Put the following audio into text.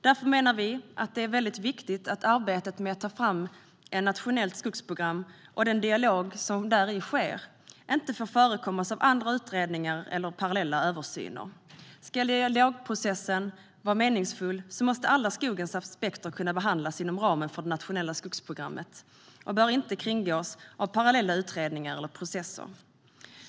Därför menar vi att det är mycket viktigt att arbetet med att ta fram ett nationellt skogsprogram och den dialog som däri sker inte får förekommas av andra utredningar eller parallella översyner. Ska dialogprocessen vara meningsfull måste alla skogens aspekter kunna behandlas inom ramen för det nationella skogsprogrammet. Det bör inte kringgås av parallella utredningar eller processer.